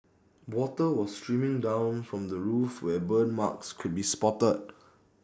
water was streaming down from the roof where burn marks could be spotted